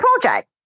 project